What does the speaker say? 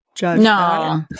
no